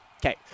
Okay